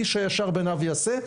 איש הישר בעיניו יעשה.